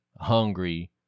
hungry